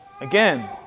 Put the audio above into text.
Again